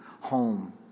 home